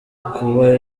kuba